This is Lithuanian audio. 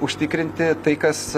užtikrinti tai kas